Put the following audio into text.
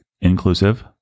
inclusive